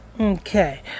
Okay